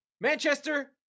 Manchester